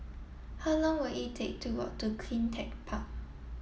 how long will it take to walk to CleanTech Park